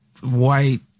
white